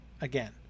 again